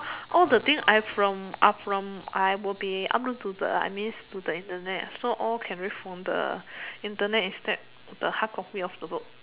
all the things I from are from I will be upload to the I mean to the Internet so all can read from the Internet instead of the hardcopy of the book